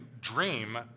dream